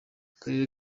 akarere